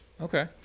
Okay